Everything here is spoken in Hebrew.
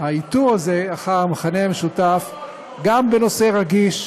האיתור הזה של המכנה המשותף גם בנושא רגיש,